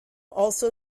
also